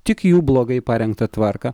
tik jų blogai parengtą tvarką